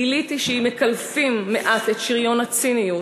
גיליתי שאם מקלפים מעט את שריון הציניות